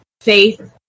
faith